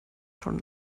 von